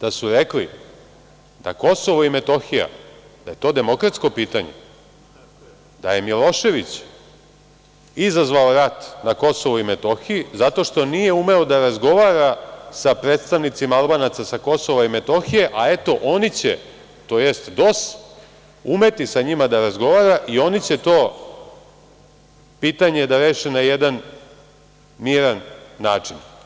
da su rekli da je KiM demokratsko pitanje, da je Milošević izazvao rat na KiM zato što nije umeo da razgovara sa predstavnicima Albanaca sa KiM, a eto oni će tj. DOS umeti sa njima da razgovara i oni će to pitanje da reše na jedan miran način.